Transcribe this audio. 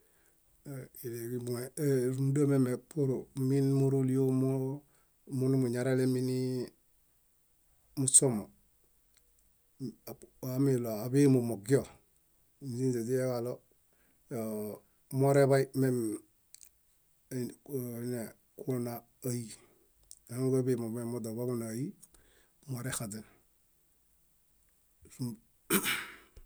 Rúmunda miame purmin mórolio nimuñarelemi nimuśomo, amilo áḃemo mogio, inze źiyekalo, muoreḃai mimi oone áyi, ahaŋuġaḃelo moźamola mierexaźen.